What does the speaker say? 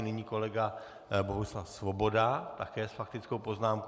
Nyní kolega Bohuslav Svoboda také s faktickou poznámkou.